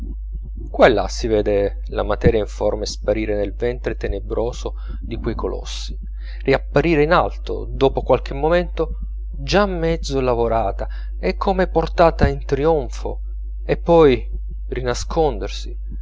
là si vede la materia informe sparire nel ventre tenebroso di quei colossi riapparire in alto dopo qualche momento già mezzo lavorata e come portata in trionfo e poi rinascondersi